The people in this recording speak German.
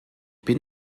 bin